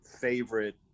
favorite